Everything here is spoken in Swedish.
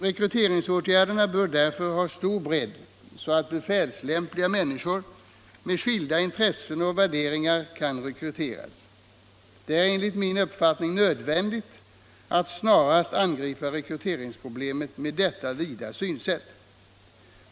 Rekryteringsåtgärderna bör därför ha stor bredd så att befälslämpliga människor med skilda intressen och värderingar kan rekryteras. Det är enligt min uppfattning nödvändigt att snarast angripa rekryteringsproblemet med detta vida synsätt.